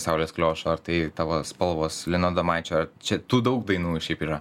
saulės kliošo ar tai tavo spalvos lino adomaičio čia tų daug dainų šiaip yra